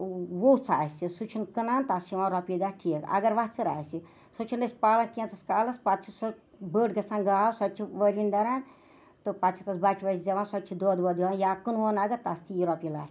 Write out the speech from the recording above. وۄژھ آسہِ سُہ چھُ کٕنان تَس چھِ یِوان رۄپیہِ دَہ ٹھیٖک اگر وَژھٕر آسہِ سُہ چھِ أسۍ پالان کینٛژَس کالَس پَتہٕ چھِ سُہ بٔڑ گژھان گاو سۄ تہِ چھِ وٲروِنۍ دَران تہٕ پَتہٕ چھِ تَس بَچہِ وَچہِ زٮ۪وان سۄ تہِ چھِ دۄد وۄد دِوان یا کٕنوون اگر تَس تہِ یی رۄپیہِ لَچھ